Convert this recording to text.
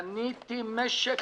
קניתי משק